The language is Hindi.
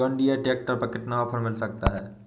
जॉन डीरे ट्रैक्टर पर कितना ऑफर मिल सकता है?